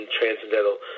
transcendental